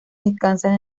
descansan